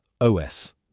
OS